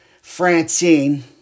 Francine